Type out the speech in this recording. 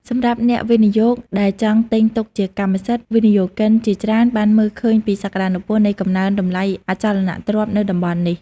សម្រាប់អ្នកវិនិយោគដែលចង់ទិញទុកជាកម្មសិទ្ធិ វិនិយោគិនជាច្រើនបានមើលឃើញពីសក្តានុពលនៃកំណើនតម្លៃអចលនទ្រព្យនៅតំបន់នេះ។